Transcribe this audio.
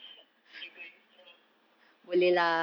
still going strong ugh